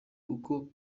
kuko